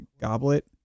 goblet